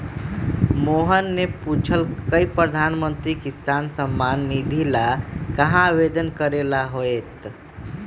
मोहन ने पूछल कई की प्रधानमंत्री किसान सम्मान निधि ला कहाँ आवेदन करे ला होतय?